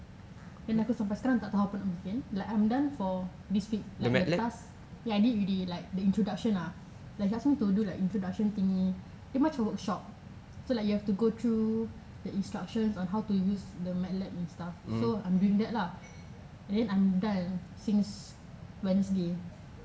then aku sampai sekarang tak tahu apa nak bikin like I'm done for this week like lepas ya I did it already like the introduction ah like he ask me to do like introduction thingy dia macam workshop so like you have to go through the instructions on how to use the math laboratory and stuff so I'm doing that lah and then I'm done since wednesday